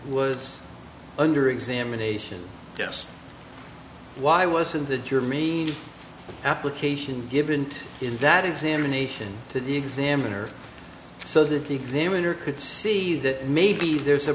was under examination yes why wasn't the jury mean application given in that examination to the examiner so that the examiner could see that maybe there's a